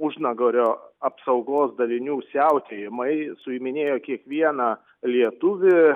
užnagario apsaugos dalinių siautėjimai suiminėjo kiekvieną lietuvį